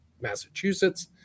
massachusetts